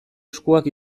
eskuak